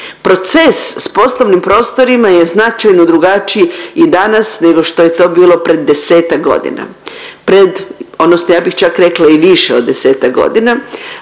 Proces s poslovnim prostorima je značajno drugačiji i danas nego što je to bilo pred desetak godina, pred odnosno ja bih čak rekla i više od desetak godina.